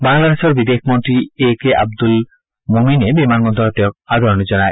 বাংলাদেশৰ বিদেশ মন্ত্ৰী এ কে আব্দুল মমেনে বিমানবন্দৰত তেওঁ আদৰিণ জনায়